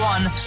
One